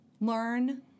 learn